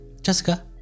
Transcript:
Jessica